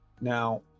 now